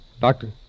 Doctor